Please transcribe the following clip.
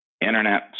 internet